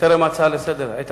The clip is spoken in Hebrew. בטרם ההצעה לסדר-היום,